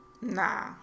Nah